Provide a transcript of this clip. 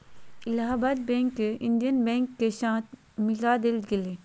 Allahabad bank के Indian bank के साथ मिला देल गेले